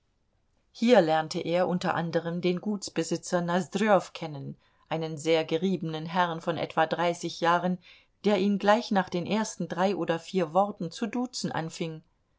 hier lernte er unter anderem den gutsbesitzer nosdrjow kennen einen sehr geriebenen herrn von etwa dreißig jahren der ihn gleich nach den ersten drei oder vier worten zu duzen anfing